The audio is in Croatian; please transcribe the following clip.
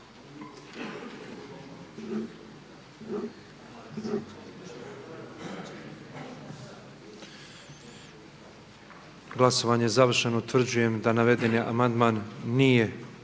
Glasovanje je završeno. Utvrđujem da predloženi amandman nije